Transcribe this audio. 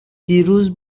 دیروز